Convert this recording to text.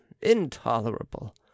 intolerable